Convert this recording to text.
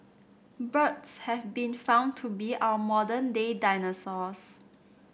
birds have been found to be our modern day dinosaurs